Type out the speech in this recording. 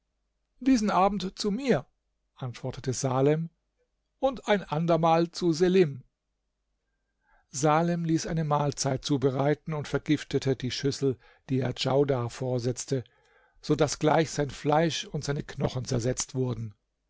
diesen abend zu mir antwortet salem und ein andermal zu selim salem ließ eine mahlzeit zubereiten und vergiftete die schüssel die er djaudar versetzte so daß gleich sein fleisch und seine knochen zersetzt wurden